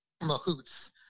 mahouts